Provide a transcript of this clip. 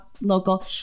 Local